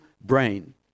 brain